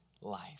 life